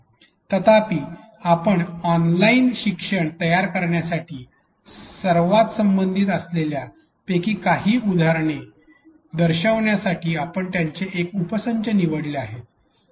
तथापि आपण online e शिक्षण सामग्री तयार करण्यासाठी सर्वात संबंधित असलेल्यां पैकी काही उदाहरणे दर्शविण्यासाठी आपण त्याचे एक उपसंच निवडले आहे